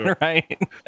Right